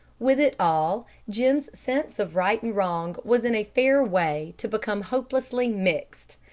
with it all, jim's sense of right and wrong was in a fair way to become hopelessly mixed.